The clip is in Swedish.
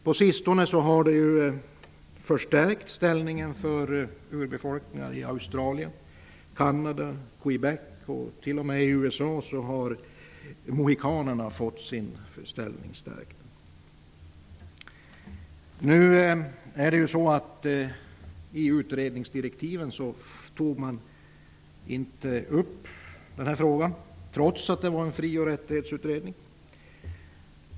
På sistone har ställningen för urbefolkningen förstärkts i Australien, Canada och Québec. T.o.m i USA har mohikanerna fått sin ställning förstärkt. I utredningsdirektiven togs emellertid denna fråga inte upp, trots att det var en fri och rättighetsutredning.